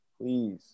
Please